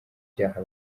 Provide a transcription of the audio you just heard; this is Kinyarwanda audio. byaha